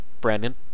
Brandon